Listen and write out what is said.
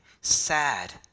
sad